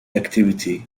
activity